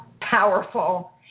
powerful